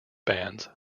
bands